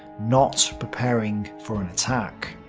not preparing for an attack.